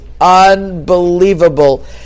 unbelievable